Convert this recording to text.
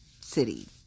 city